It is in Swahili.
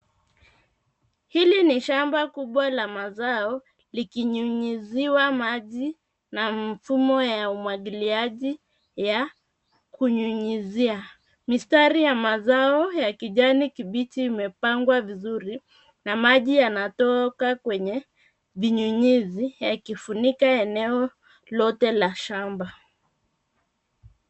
Hili ni shamba kubwa la mazao likinyunyiziwa maji na mfumo ya umwagiliaji ya kunyunyizia. Mistari ya mazao ya kijani kibichi imepangwa vizuri na maji yanatoka kwenye vinyunyuzi yakifunika eneo lote la shamba.